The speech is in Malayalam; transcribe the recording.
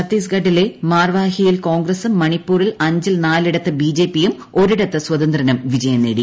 ഛത്തീസ്ഗഡിലെ മാർവാഹിയിൽ കോൺഗ്രസും മണിപ്പൂരിൽ അഞ്ചിൽ നാലിടത്ത് ബിജെപിയും ഒരിട്ടത്ത് സ്വതന്ത്രനും വിജയം നേടി